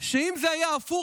שאם זה היה הפוך,